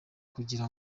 kugira